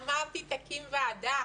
אמרתי, תקים ועדה.